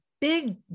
big